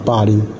Body